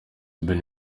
benny